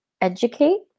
educate